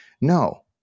No